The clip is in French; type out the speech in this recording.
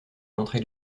l’entrée